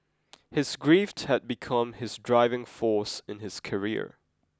his grief had become his driving force in his career